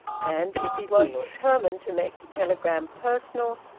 and, if he was determined to make the telegram personal,